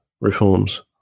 reforms